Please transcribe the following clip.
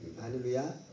Hallelujah